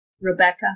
Rebecca